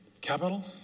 Capital